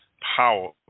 power